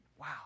Wow